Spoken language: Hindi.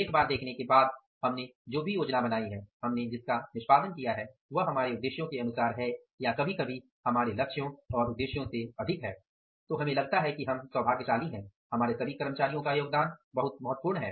एक बार देखने के बाद कि हमने जो भी योजना बनाई है हमने जिसका निष्पादन किया है वह हमारे उद्देश्यों के अनुसार है या कभी कभी हमारे लक्ष्यों और उद्देश्यों से अधिक है तो हमें लगता है कि हम सौभाग्यशाली है हमारे सभी कर्मचारियों का योगदान बहुत महत्वपूर्ण है